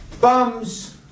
bums